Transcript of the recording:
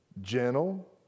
gentle